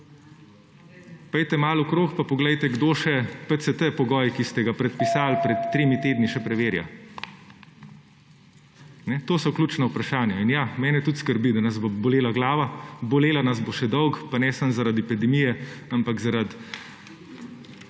Pojdite malo okoli pa poglejte, kdo pogoj PCT, ki ste ga predpisali pred tremi tedni, še preverja. To so ključna vprašanja. In, ja, mene tudi skrbi, da nas bo bolela glava. Bolela nas bo še dolgo, pa ne samo zaradi epidemije, ampak zaradi